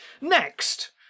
next